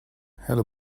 hello